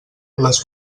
les